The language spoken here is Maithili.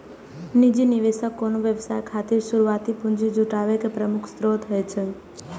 निजी निवेशक कोनो व्यवसाय खातिर शुरुआती पूंजी जुटाबै के प्रमुख स्रोत होइ छै